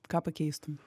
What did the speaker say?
ką pakeistum